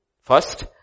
first